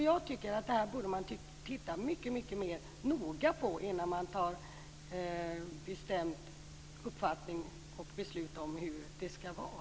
Jag tycker att man borde titta mycket mer noga på detta innan man skapar sig en bestämd uppfattning och fattar beslut om hur det skall vara.